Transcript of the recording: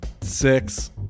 Six